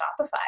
Shopify